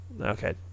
okay